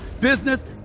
business